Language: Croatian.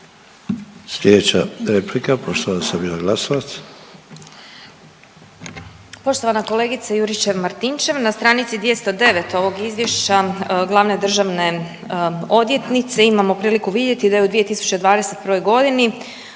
Slijedeća replika, poštovane Sabine Glasovac.